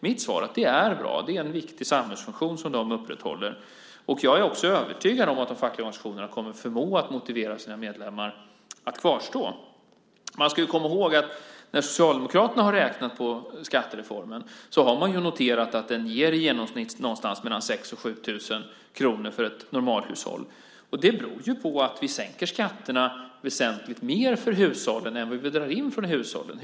Mitt svar är där: Det är bra. Det är en viktig samhällsfunktion som de upprätthåller. Jag är också övertygad om att de fackliga organisationerna kommer att förmå att motivera sina medlemmar att kvarstå. Man ska komma ihåg att när Socialdemokraterna har räknat på skattereformen har man noterat att den i genomsnitt ger någonstans mellan 6 000 kr och 7 000 kr för ett normalhushåll. Det beror på att vi sänker skatterna väsentligt mer för hushållen än vad vi drar in för hushållen.